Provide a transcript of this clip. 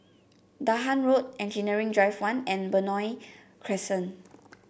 Dahan Road Engineering Drive One and Benoi Crescent